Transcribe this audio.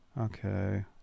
Okay